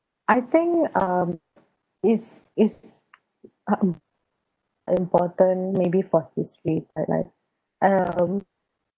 I think um is is um important maybe for history but like um